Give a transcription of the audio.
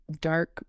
dark